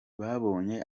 babonye